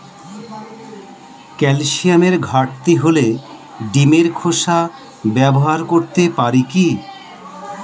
ক্যালসিয়ামের ঘাটতি হলে ডিমের খোসা ব্যবহার করতে পারি কি?